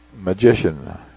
magician